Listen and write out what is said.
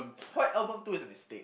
quite album two is a mistake